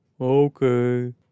Okay